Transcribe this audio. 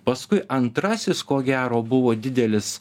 paskui antrasis ko gero buvo didelis